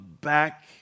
back